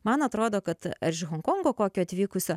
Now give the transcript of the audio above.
man atrodo kad ar iš honkongo kokio atvykusio